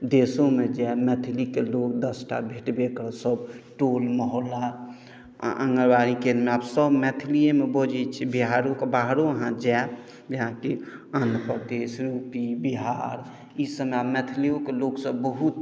देशोमे जायब मैथिलीके लोक दस टा भेटबे करत सभ टोल मोहल्ला आँगनवाड़ी केन्द्रमे आब सभ मैथिलिएमे बजैत छै बिहारोके बाहरो अहाँ जायब जेनाकि आन्ध्र प्रदेश यू पी बिहार ई सभमे आब मैथलिओके लोकसभ बहुत